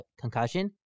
concussion